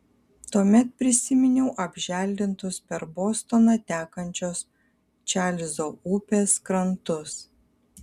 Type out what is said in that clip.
tuomet prisiminiau apželdintus per bostoną tekančios čarlzo upės krantus